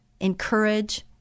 encourage